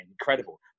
Incredible